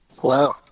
Hello